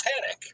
panic